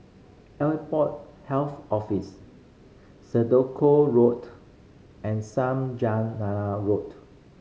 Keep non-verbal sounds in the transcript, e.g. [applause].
Airport Health Office Senoko Road and [unintelligible] Road